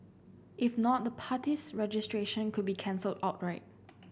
if not the party's registration could be cancelled outright